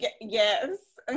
yes